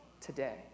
today